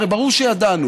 הרי ברור שידענו.